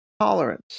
tolerance